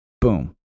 Boom